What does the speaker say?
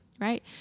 right